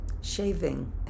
shaving